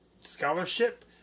scholarship